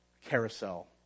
carousel